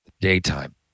daytime